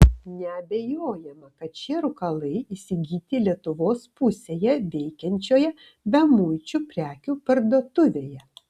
neabejojama kad šie rūkalai įsigyti lietuvos pusėje veikiančioje bemuičių prekių parduotuvėje